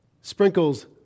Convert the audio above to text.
sprinkles